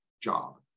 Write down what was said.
job